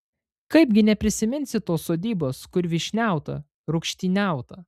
kaipgi neprisiminsi tos sodybos kur vyšniauta rūgštyniauta